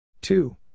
Two